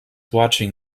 watching